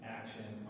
action